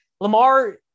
Lamar